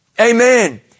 Amen